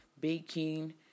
baking